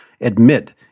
admit